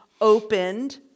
opened